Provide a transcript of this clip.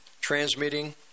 transmitting